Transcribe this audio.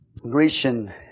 Grecian